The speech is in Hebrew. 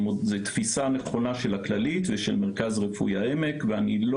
זה תפיסה נכונה של הכללית ושל מרכז רפואי העמק ואני לא